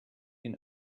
can